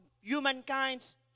humankind's